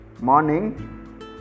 morning